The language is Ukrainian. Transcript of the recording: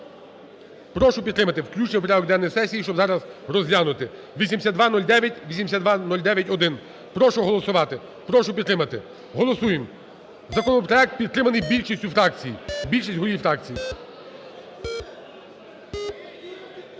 Прошу підтримати включення у порядок денної сесії, щоб зараз розглянути – 8209, 8209-1. Прошу голосувати, прошу підтримати. Голосуємо. Законопроект підтриманий більшістю фракцій, більшість голів фракцій.